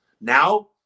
Now